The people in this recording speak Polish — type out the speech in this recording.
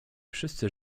wszyscy